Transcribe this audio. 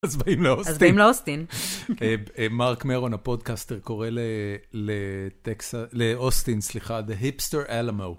אז באים לאוסטין. אז באים לאוסטין. מרק מרון, הפודקאסטר, קורא לאוסטין, סליחה, The Hipster Alamo.